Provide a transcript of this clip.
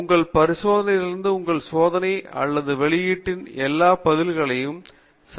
உங்கள் பரிசோதனையிலிருந்து உங்கள் சோதனைகள் அல்லது வெளியீட்டின் எல்லா பதில்களின் சராசரியை எடுத்துக்கொள்கிறீர்கள்